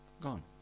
Gone